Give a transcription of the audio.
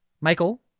Michael